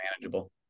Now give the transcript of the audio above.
manageable